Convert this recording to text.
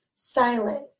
silent